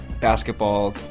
Basketball